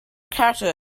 career